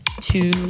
two